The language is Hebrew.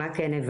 מה כן הבנו?